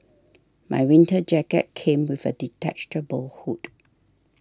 my winter jacket came with a detachable hood